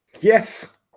Yes